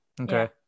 Okay